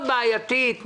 מאוד בעייתית,